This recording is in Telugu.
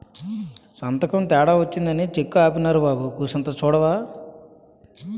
సంతకం తేడా వచ్చినాదని సెక్కు ఆపీనారు బాబూ కూసంత సూడవా